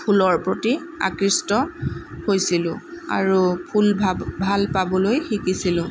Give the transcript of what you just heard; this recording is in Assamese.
ফুলৰ প্ৰতি আকৃষ্ট হৈছিলোঁ আৰু ফুল ভা ভাল পাবলৈ শিকিছিলোঁ